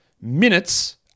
minutes